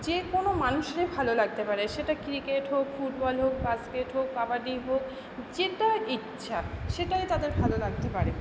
যে কোনো মানুষেরই ভালো লাগতে পারে সেটা ক্রিকেট হোক ফুটবল হোক বাস্কেট হোক কাবাডি হোক যেটা ইচ্ছা সেটাই তাদের ভালো লাগতে পারে